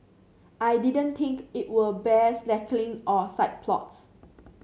I didn't think it would bear slackening or side plots